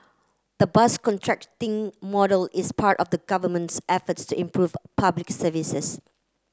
the bus contracting model is part of the government's efforts to improve Public Services